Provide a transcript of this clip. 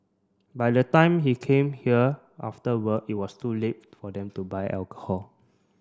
by the time he come here after work it was too late for them to buy alcohol